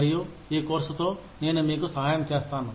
మరియు ఈ కోర్సుతో నేను మీకు సహాయం చేస్తాను